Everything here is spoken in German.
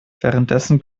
währenddessen